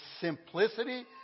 simplicity